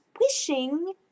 wishing